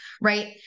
right